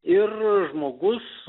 ir žmogus